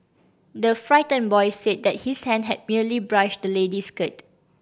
the frightened boy said that his hand had merely brushed the lady's skirt